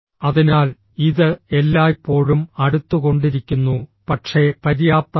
അതിനാൽ ഇത് എല്ലായ്പ്പോഴും അടുത്തുകൊണ്ടിരിക്കുന്നു പക്ഷേ പര്യാപ്തമല്ല